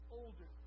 older